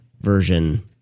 version